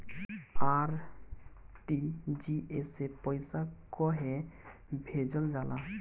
RTGS से पइसा कहे भेजल जाला?